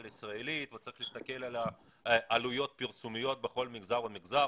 ישראלית וצריך להסתכל על עלויות פרסומיות בכל מגזר ומגזר,